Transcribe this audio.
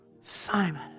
Simon